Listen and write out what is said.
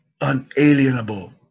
unalienable